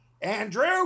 Andrew